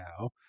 now